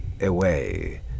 away